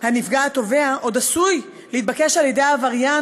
הנפגע התובע עוד עשוי להתבקש על-ידי העבריין